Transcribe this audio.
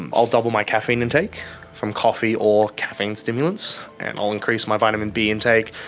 um i'll double my caffeine intake from coffee or caffeine stimulants and i'll increase my vitamin b intake,